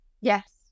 Yes